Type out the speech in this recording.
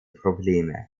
probleme